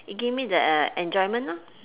it give me the uh enjoyment lor